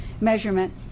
measurement